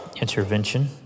intervention